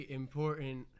important